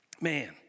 Man